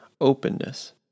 openness